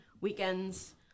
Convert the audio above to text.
weekends